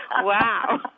Wow